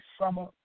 summer